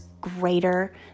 greater